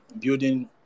building